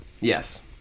Yes